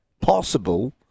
possible